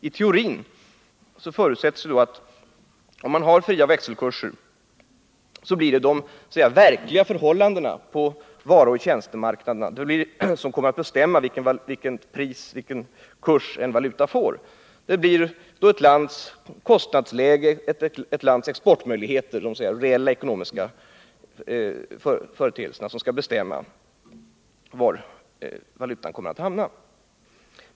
I teorin förutsätts att med fria växelkurser blir det de verkliga förhållandena på varuoch tjänstemarknaderna som bestämmer vilken kurs en valuta får. Ett lands kostnadsläge och exportmöjligheter bestämmer var valutan kommer att hamna.